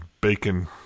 bacon